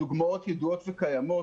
הדוגמאות ידועות וקיימות.